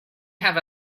have